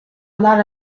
lot